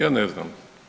Ja ne znam.